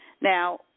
Now